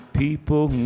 people